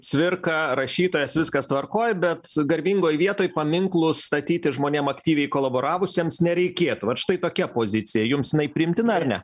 cvirka rašytojas viskas tvarkoj bet garbingoj vietoj paminklų statyti žmonėms aktyviai kolaboravusiems nereikėtų vat štai tokia pozicija jums jinai priimtina ar ne